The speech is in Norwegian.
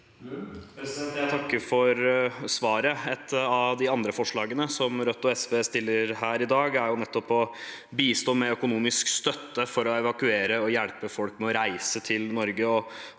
Jeg takker for svaret. Et av de andre forslagene som Rødt og SV har her i dag, er nettopp å bistå med økonomisk støtte for å evakuere og hjelpe folk med å reise til Norge.